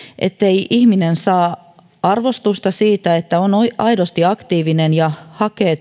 ettei ihminen saa arvostusta siitä että on aidosti aktiivinen ja hakee